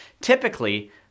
typically